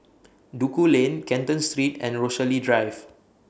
Duku Lane Canton Street and Rochalie Drive